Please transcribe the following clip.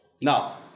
Now